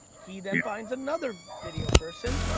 he then finds another video person,